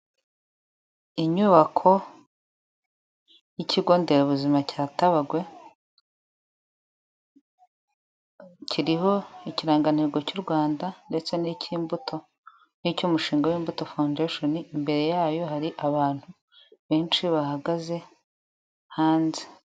Inyubako y'ikigo nderabuzima cya Tabagwe, kiriho ikirangantego cy u Rwanda ndetse nicy'imbuto, nicy'umushinga w'imbuto fawundeshenu. Imbere yayo hari abantu benshi bahagaze hanze.